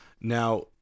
Now